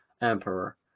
Emperor